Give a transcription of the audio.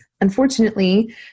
unfortunately